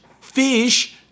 fish